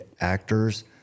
actors